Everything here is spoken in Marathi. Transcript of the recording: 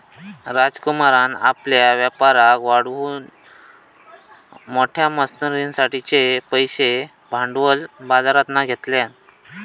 राजकुमारान आपल्या व्यापाराक वाढवूक मोठ्या मशनरींसाठिचे पैशे भांडवल बाजरातना घेतल्यान